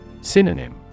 Synonym